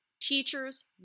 Teachers